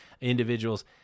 individuals